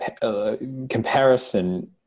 comparison